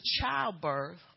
childbirth